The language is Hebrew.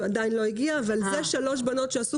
שתספרי היום בקולך בדיוק את הבעיה